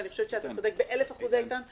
אני חושבת שאתה צודק באלף אחוז, איתן כבל.